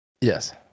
Yes